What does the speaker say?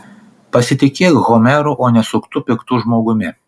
pasitikėk homeru o ne suktu piktu žmogumi